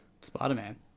Spider-Man